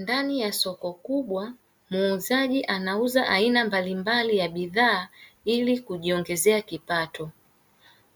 Ndani ya soko kubwa muuzaji anauza aina mbalimbali ya bidhaa ili kujiongezea kipato